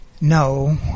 No